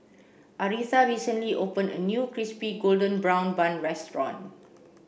Aretha recently opened a new crispy golden brown bun restaurant